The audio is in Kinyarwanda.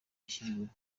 yashyiriweho